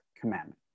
commandment